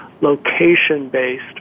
location-based